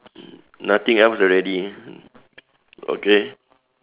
nothing else already mm okay